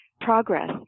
progress